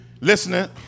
listening